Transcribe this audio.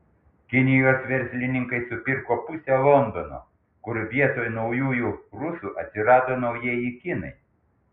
kinijos verslininkai supirko pusę londono kur vietoj naujųjų rusų atsirado naujieji kinai